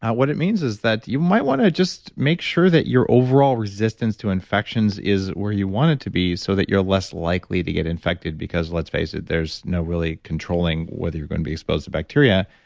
what it means is that you might want to just make sure that your overall resistance to infections is where you want it to be, so that you're less likely to get infected because, let's face it, there's no really controlling whether you're going to be exposed to bacteria,